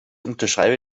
unterschreibe